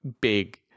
Big